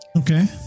Okay